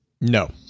No